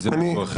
זה משהו אחר.